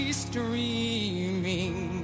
streaming